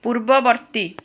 ପୂର୍ବବର୍ତ୍ତୀ